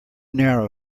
narrow